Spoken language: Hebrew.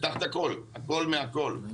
פתח הכול, הכול מהכול.